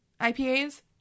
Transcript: IPAs